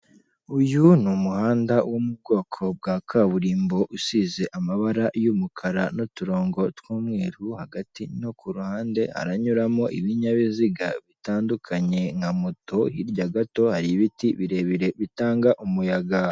Uyu umuhanda wo mu bwoko bwa kaburimbo usize amabara y'umukara n'uturongo tw'umweru hagati no ku ruhande aranyuramo ibinyabiziga bitandukanye nka moto hirya gato hari ibiti birebire bitanga umuyaga.